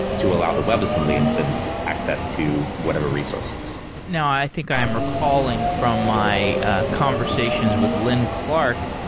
to allow the web assembly instance access to whatever resources. now, i think i'm recalling from my ah conversations with lin clark,